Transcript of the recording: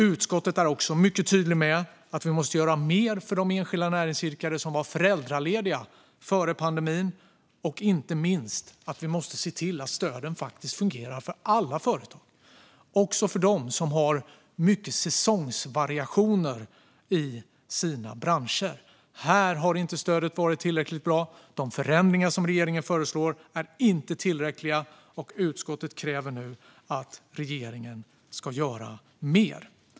Utskottet är också mycket tydligt med att vi måste göra mer för de enskilda näringsidkare som var föräldralediga före pandemin och inte minst att vi måste se till att stöden fungerar för alla företag, även för dem som har mycket säsongsvariationer i sina branscher. Här har inte stödet varit tillräckligt bra. De förändringar som regeringen föreslår är inte tillräckliga. Utskottet kräver nu att regeringen ska göra mer.